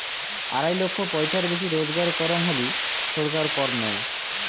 আড়াই লক্ষ পয়সার বেশি রুজগার করং হলি ছরকার কর নেই